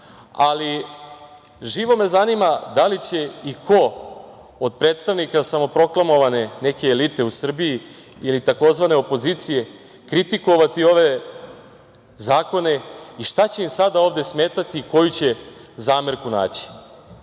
ali živo me zanima da li će i ko od predstavnika samoproklamovane neke elite u Srbiji ili tzv. opozicije kritikovati ove zakone i šta će im sada ovde smetati i koju će zamerku naći.